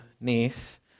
niece